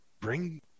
Bring